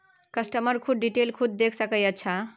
customer खुद detail खुद देख सके अच्छा